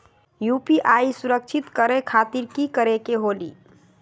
UPI सुरक्षित करे खातिर कि करे के होलि?